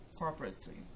corporately